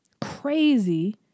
crazy